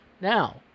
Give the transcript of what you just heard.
Now